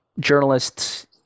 journalists